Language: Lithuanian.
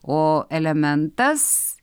o elementas